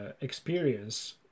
experience